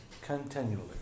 continually